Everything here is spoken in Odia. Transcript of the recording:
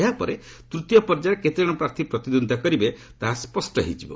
ଏହା ପରେ ତୃତୀୟ ପର୍ଯ୍ୟାୟରେ କେତେ ଜଣ ପ୍ରାର୍ଥୀ ପ୍ରତିଦ୍ୱନ୍ଦିତା କରିବେ ତାହା ସ୍ୱଷ୍ଟ ହୋଇଯିବ